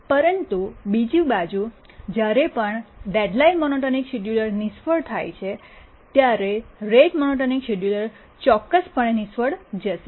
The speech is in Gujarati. પરંતુ બીજી બાજુ જ્યારે પણ ડેડલાઇન મોનોટોનિક શિડ્યુલર નિષ્ફળ થાય છે ત્યારે રેટ મોનોટોનિક શિડ્યુલર ચોક્કસપણે નિષ્ફળ જશે